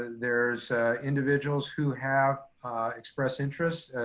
there's individuals who have expressed interest,